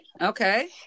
Okay